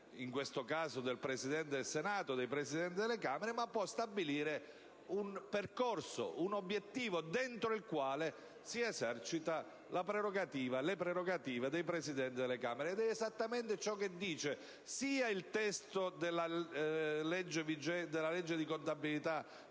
specifico, del Presidente del Senato e dei Presidenti delle Camere, ma può stabilire un percorso, un obiettivo dentro il quale si esercitano le prerogative dei Presidenti delle Camere. Ed è esattamente ciò che afferma sia l'articolo 4 della legge di contabilità